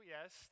Yes